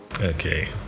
okay